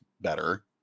better